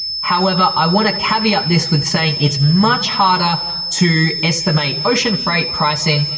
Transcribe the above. however, i wanna caveat this with saying it's much harder to estimate ocean freight pricing,